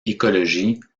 écologie